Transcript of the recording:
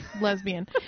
lesbian